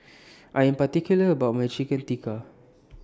I Am particular about My Chicken Tikka